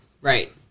Right